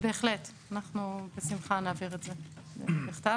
בהחלט, בשמחה נעביר את זה בכתב.